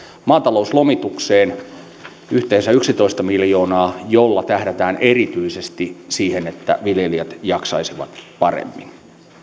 maatalouslomitukseen on yhteensä yksitoista miljoonaa millä tähdätään erityisesti siihen että viljelijät jaksaisivat paremmin